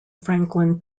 franklin